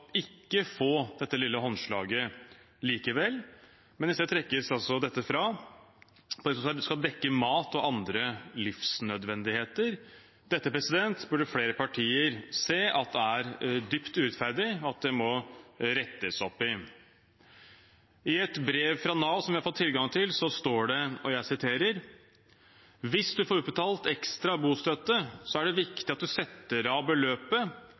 ikke få dette lille håndslaget likevel, men i stedet trekkes det fra på det som skal dekke mat og andre livsnødvendigheter. Dette burde flere partier se er dypt urettferdig og må rettes opp i. I et brev fra Nav som vi har fått tilgang til, står det – og jeg siterer: Hvis du får utbetalt ekstra bostøtte, er det viktig at du setter av beløpet